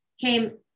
came